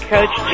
Coach